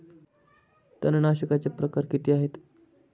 तणनाशकाचे प्रकार किती आहेत?